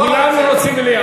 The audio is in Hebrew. כולם רוצים מליאה.